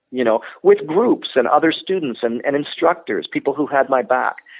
you know with groups and other students and and instructors, people who had my back,